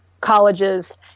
colleges